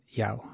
jou